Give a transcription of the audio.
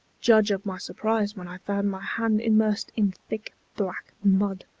judge of my surprise, when i found my hand immersed in thick black mud.